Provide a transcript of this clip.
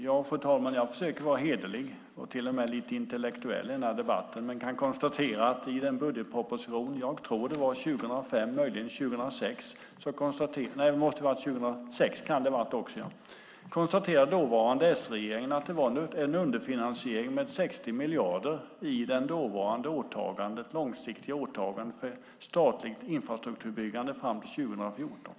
Jag försöker vara hederlig och till och med lite intellektuell i den här debatten, och i budgetpropositionen 2005 eller 2006 konstaterade den dåvarande S-regeringen att det var en underfinansiering med 60 miljarder i det dåvarande långsiktiga åtagandet för statligt infrastrukturbyggande fram till 2014.